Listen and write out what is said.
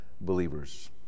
believers